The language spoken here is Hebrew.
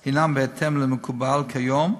הם בהתאם למקובל כיום,